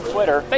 Twitter